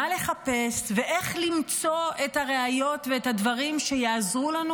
מה לחפש ואיך למצוא את הראיות ואת הדברים שיעזרו לנו